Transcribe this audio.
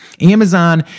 Amazon